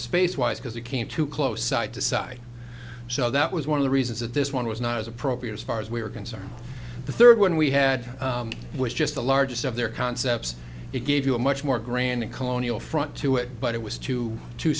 space wise because it came too close side to side so that was one of the reasons that this one was not as appropriate as far as we're concerned the third one we had was just the largest of their concepts it gave you a much more grand colonial front to it but it was too too